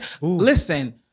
listen